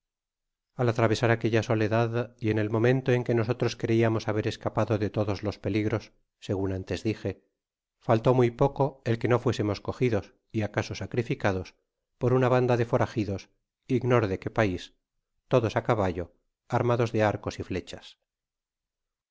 al atravesar aquella soledad y en el momento en que nosotros creiamos haber escapado di todos los peligros segun antes dije faltó muy poco el que no fuésemos cogidos y acaso sacrificados por una banda de foragidds ignoro de qué pais todos a caballo armados de arcos y fletólas